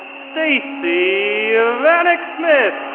stacey vanek smith.